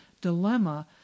dilemma